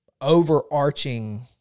overarching